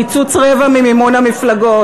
קיצוץ רבע ממימון המפלגות.